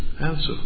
answer